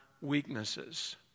weaknesses